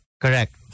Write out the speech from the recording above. Correct